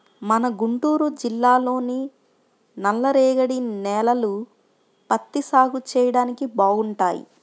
మన గుంటూరు జిల్లాలోని నల్లరేగడి నేలలు పత్తి సాగు చెయ్యడానికి బాగుంటాయి